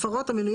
(49) אחרי